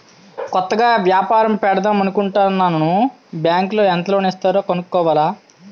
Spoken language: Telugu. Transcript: కొత్తగా ఏపారం పెడదామనుకుంటన్నాను బ్యాంకులో ఎంత లోను ఇస్తారో కనుక్కోవాల